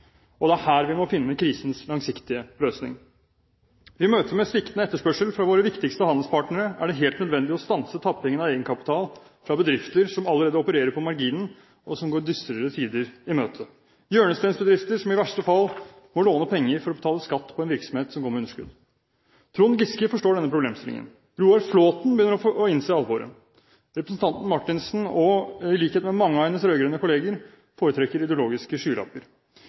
og det er her vi må finne krisens langsiktige løsning. I møte med sviktende etterspørsel fra våre viktigste handelspartnere er det helt nødvendig å stanse tapping av egenkapital fra bedrifter som allerede opererer på marginen, og som går dystrere tider i møte – hjørnesteinsbedrifter som i verste fall må låne penger for å betale skatt på en virksomhet som går med underskudd. Trond Giske forestår denne problemstillingen. Roar Flåthen begynner å innse alvoret. Representanten Marthinsen – i likhet med mange av sine rød-grønne kolleger – foretrekker ideologiske skylapper.